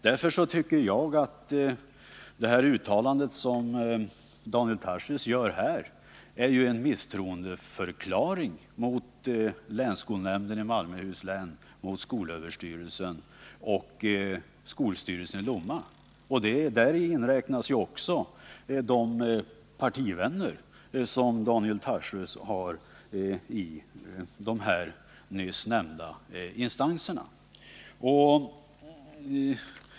Därför tycker jag att det uttalande som Daniel Tarschys här gör är en misstroendeförklaring mot länsskolnämnden i Malmöhus län, mot skolöverstyrelsen och mot skolstyrelsen i Lomma. Där inräknas också de partivänner som Daniel Tarschys har i dessa instanser.